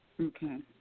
Okay